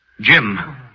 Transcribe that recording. Jim